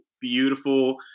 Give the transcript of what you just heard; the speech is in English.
beautiful